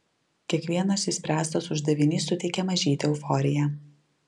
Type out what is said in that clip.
kiekvienas išspręstas uždavinys suteikia mažytę euforiją